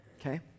okay